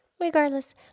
Regardless